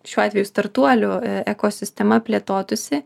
šiuo atveju startuolių ekosistema plėtotųsi